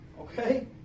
okay